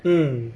mm